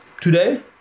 today